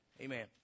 Amen